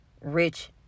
rich